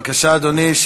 בבקשה, אדוני.